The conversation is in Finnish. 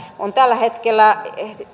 työskentelee tällä hetkellä